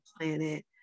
planet